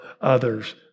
others